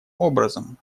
образом